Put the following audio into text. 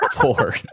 Four